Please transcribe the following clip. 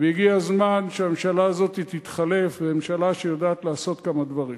והגיע הזמן שהממשלה הזאת תתחלף בממשלה שיודעת לעשות כמה דברים.